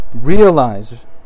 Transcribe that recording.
realize